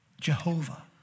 Jehovah